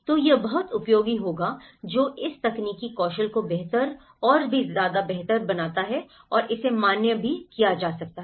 तो यह बहुत उपयोगी होगा जो इस तकनीकी कौशल को बेहतर और बेहतर बनाता है और इसे मान्य भी किया जा सकता है